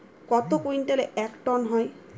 কত কুইন্টালে এক টন হয়?